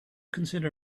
consider